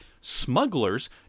smugglers